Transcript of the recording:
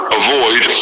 avoid